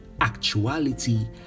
actuality